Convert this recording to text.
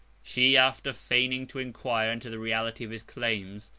she, after feigning to inquire into the reality of his claims,